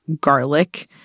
garlic